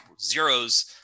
zeros